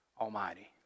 Almighty